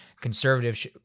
conservatives